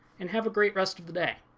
and have a great rest of the day.